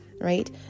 right